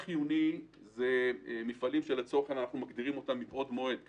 אנחנו מגדירים מפעלים חיוניים מבעוד מועד,